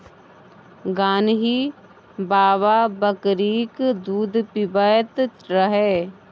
गान्ही बाबा बकरीक दूध पीबैत रहय